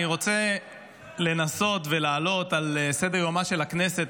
אני רוצה לנסות ולהעלות על סדר-יומה של הכנסת